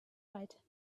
right